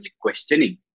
questioning